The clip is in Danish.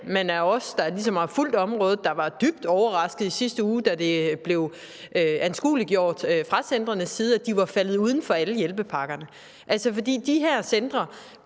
men også blandt os, der ligesom har fulgt området – der var dybt overraskede i sidste uge, da det blev anskueliggjort fra centrenes side, at de var faldet uden for alle hjælpepakkerne. Godt nok får de her centre